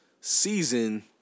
season